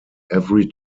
every